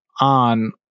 on